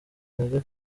intege